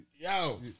Yo